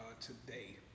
Today